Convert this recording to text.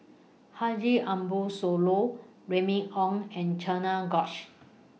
Haji Ambo Sooloh Remy Ong and Cherian George